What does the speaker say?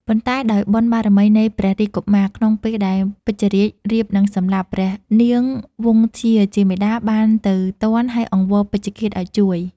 ប៉ុន្តែដោយបុណ្យបារមីនៃព្រះរាជកុមារ ក្នុងពេលដែលពេជ្ឈឃាដរៀបនឹងសម្លាប់ ព្រះនាងវង្សធ្យាជាមាតាបានទៅទាន់ ហើយអង្វរពេជ្ឈឃាតឱ្យជួយ។